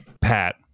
Pat